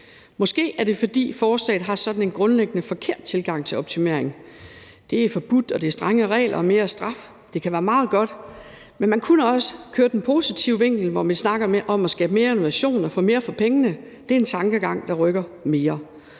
Måske er det, fordi forslaget har sådan en grundlæggende forkert tilgang til optimering – det er forbudt, og der er strenge regler og mere straf. Det kan være meget godt, men man kunne også køre den positive vinkel, hvor vi snakker om at skabe mere innovation og få mere for pengene. Det er en tankegang, der rykker mere.